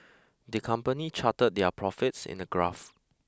the company charted their profits in a graph